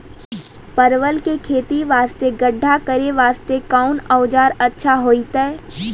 परवल के खेती वास्ते गड्ढा करे वास्ते कोंन औजार अच्छा होइतै?